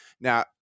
Now